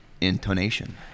intonation